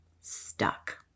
stuck